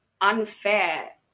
unfair